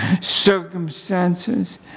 circumstances